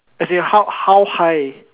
as in how how high